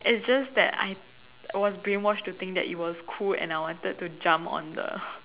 it's just that I was brainwashed to think that it was cool and I wanted to jump on the